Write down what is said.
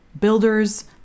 builders